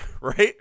right